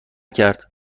کرد